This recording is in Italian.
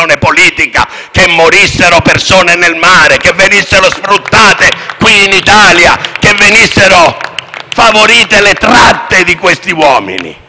La verità è che